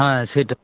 হ্যাঁ সেটা